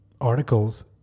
articles